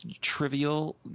trivial